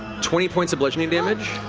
twenty points of bludgeoning damage.